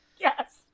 Yes